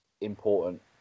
important